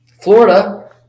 Florida